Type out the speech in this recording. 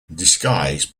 disguise